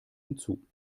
hinzu